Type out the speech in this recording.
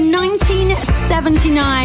1979